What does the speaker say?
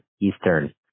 Eastern